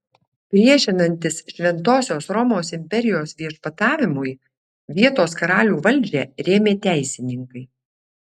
priešinantis šventosios romos imperijos viešpatavimui vietos karalių valdžią rėmė teisininkai